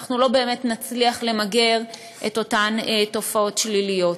אנחנו לא באמת נצליח למגר את אותן תופעות שליליות.